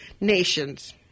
nations